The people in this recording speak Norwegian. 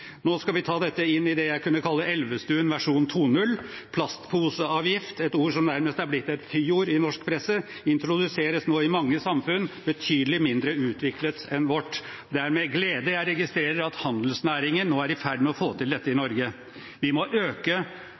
Nå skal vi ta dette inn i det jeg kunne kalle «Elvestuen versjon 2.0». Plastposeavgift, et ord som nærmest er blitt et fyord i norsk presse, introduseres nå i mange samfunn betydelig mindre utviklet enn vårt. Det er med glede jeg registrerer at handelsnæringen nå er i ferd med å få til dette i Norge. Vi må øke